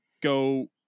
go